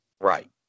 Right